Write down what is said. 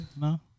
No